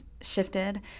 shifted